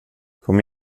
kom